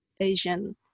Asian